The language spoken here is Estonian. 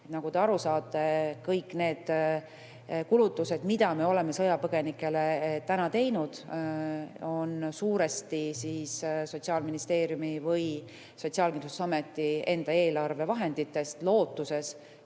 Nagu te aru saate, kõik need kulutused, mida me oleme sõjapõgenike tarvis täna teinud, on suuresti Sotsiaalministeeriumi või Sotsiaalkindlustusameti enda eelarve vahenditest, lootuses,